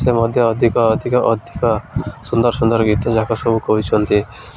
ସେ ମଧ୍ୟ ଅଧିକ ଅଧିକ ଅଧିକ ସୁନ୍ଦର ସୁନ୍ଦର ଗୀତ ଯାକ ସବୁ କରୁଛନ୍ତି